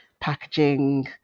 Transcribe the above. packaging